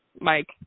Mike